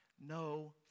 no